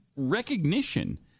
recognition